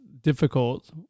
difficult